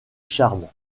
charme